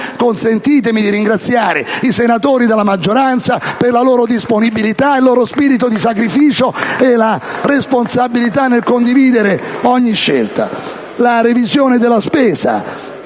consentitemi di ringraziare i senatori della maggioranza per la loro disponibilità, il loro spirito di sacrificio e la responsabilità nel condividere ogni scelta. *(Applausi dal Gruppo*